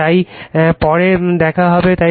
তাই পরে দেখা হবে তাই